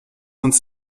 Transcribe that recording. uns